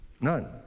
None